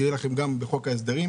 יהיה לכם גם בחוק ההסדרים.